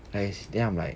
like then I'm like